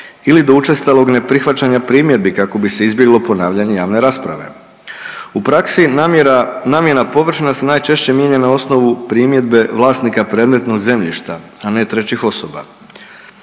ili do učestalog neprihvaćanja primjedbi kako bi se izbjeglo ponavljanje javne rasprave. U praksi namjena površina se najčešće mijenja na osnovu primjedbe vlasnika predmetnog zemljišta, a ne trećih osoba.